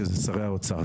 שזה שרי האוצר,